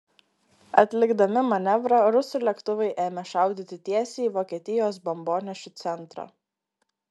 atlikdami manevrą rusų lėktuvai ėmė šaudyti tiesiai į vokietijos bombonešių centrą